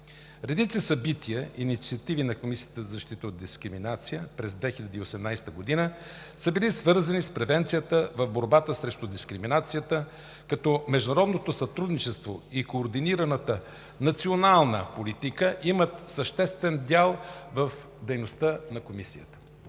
Редица събития и инициативи на Комисията за защита от дискриминация през 2018 г. са били свързани с превенцията в борбата срещу дискриминацията, като международното сътрудничество и координираната национална политика имат съществен дял в дейността на Комисията.